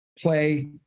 play